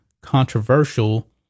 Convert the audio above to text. controversial